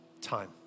time